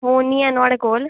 phone निं ऐ नुआढ़े कोल